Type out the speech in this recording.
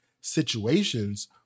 situations